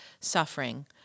suffering